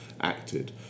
acted